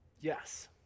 Yes